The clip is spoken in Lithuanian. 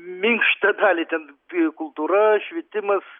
minkštą dalį ten kultūra švietimas